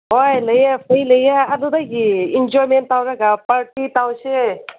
ꯍꯣꯏ ꯂꯩꯌꯦ ꯑꯩꯈꯣꯏ ꯂꯩꯌꯦ ꯑꯗꯨꯗꯒꯤ ꯏꯟꯖꯣꯏꯃꯦꯟ ꯇꯧꯔꯒ ꯄꯥꯔꯇꯤ ꯇꯧꯁꯦ